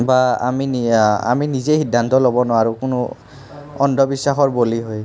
বা আমি আমি নিজে সিদ্ধান্ত ল'ব নোৱাৰোঁ কোনো অন্ধবিশ্বাসৰ বলি হৈ